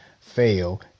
fail